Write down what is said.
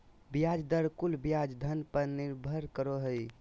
ब्याज दर कुल ब्याज धन पर निर्भर करो हइ